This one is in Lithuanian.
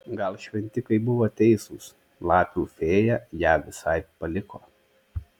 gal šventikai buvo teisūs lapių fėja ją visai paliko